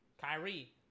Kyrie